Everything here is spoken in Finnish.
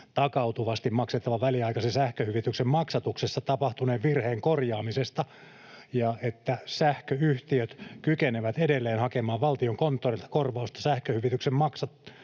takautuvasti maksettavan väliaikaisen sähköhyvityksen maksatuksessa tapahtuneen virheen korjaamisesta ja että sähköyhtiöt kykenevät edelleen hakemaan Valtiokonttorilta korvausta sähköhyvityksen maksatuksista.